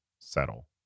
settle